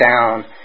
down